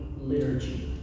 liturgy